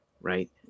right